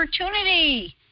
opportunity